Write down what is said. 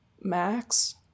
Max